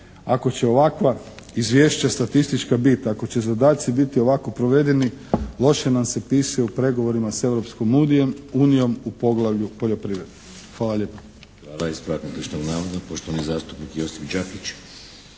ako će ovakva izvješća statistička biti, ako će zadaci biti ovako provedeni, loše nam se piše u pregovorima s Europskom unijom u poglavlju poljoprivrede. Hvala lijepo.